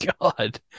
God